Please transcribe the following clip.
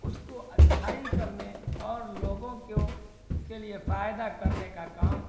اس کو اچھائی کرنے اور لوگوں کیو کے لیے فائدہ کرنے کا کام